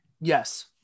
Yes